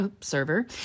server